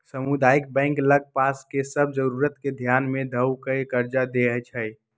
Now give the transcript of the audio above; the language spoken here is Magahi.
सामुदायिक बैंक लग पास के सभ जरूरत के ध्यान में ध कऽ कर्जा देएइ छइ